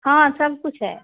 हाँ सब कुछ है